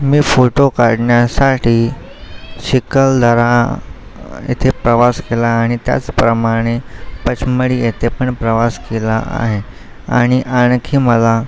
मी photo काढण्यासाठी चिखलदरा येथे प्रवास केला आणि त्याचप्रमाणे पचमढी येथे पण प्रवास केला आहे आणि आणखी मला